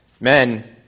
Men